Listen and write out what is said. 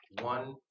one